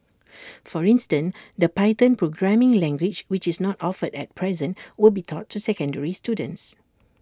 for instance the python programming language which is not offered at present will be taught to secondary students